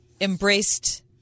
embraced –